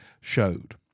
showed